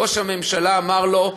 ראש הממשלה אמר לו: